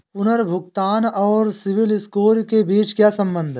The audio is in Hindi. पुनर्भुगतान और सिबिल स्कोर के बीच क्या संबंध है?